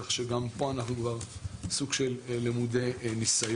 כך שגם פה אנחנו כבר סוג של למודי ניסיון,